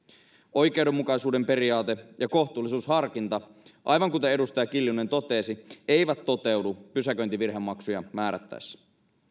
oikeudenmukaisuuden periaate ja kohtuullisuusharkinta aivan kuten edustaja kiljunen totesi eivät toteudu pysäköintivirhemaksuja määrättäessä